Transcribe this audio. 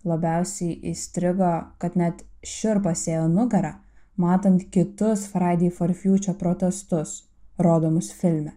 labiausiai įstrigo kad net šiurpas ėjo nugara matant kitus fraidi for fjūčia protestus rodomus filme